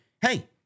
hey